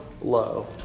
low